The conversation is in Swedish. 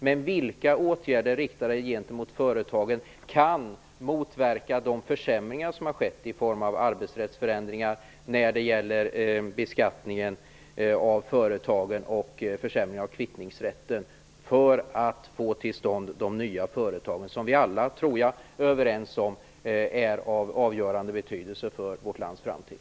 Men vilka åtgärder riktade gentemot företagen kan motverka de försämringar som har skett i form av arbetsrättsförändringar när det gäller beskattningen av företagen och försämring av kvittningsrätten? Hur kan vi få till stånd de nya företag som vi alla är överens om är av avgörande betydelse för vårt lands framtid?